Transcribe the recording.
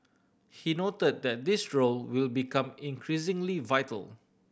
he noted that this role will become increasingly vital